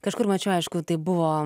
kažkur mačiau aišku tai buvo